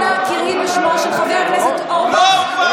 אנא קראי בשמו של חבר הכנסת אורבך,